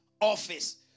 office